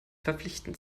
verpflichtend